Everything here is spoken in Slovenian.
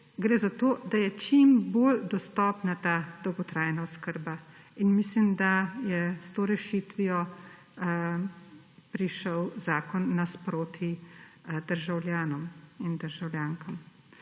Gre za to, da je čim bolj dostopna ta dolgotrajna oskrba, in mislim, da je s to rešitvijo prišel zakon nasproti državljanom in državljankam.